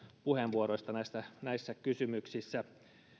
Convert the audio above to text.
puheenvuoroista näissä kysymyksissä